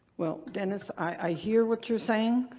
well, dennis, i hear what you're saying,